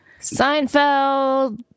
Seinfeld